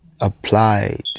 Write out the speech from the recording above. applied